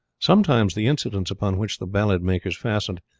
sometimes the incidents upon which the ballad makers fastened,